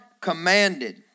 commanded